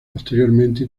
posteriormente